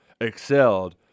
excelled